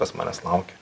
kas manęs laukia